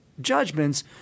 judgments